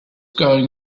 going